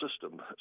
system